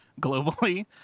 globally